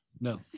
No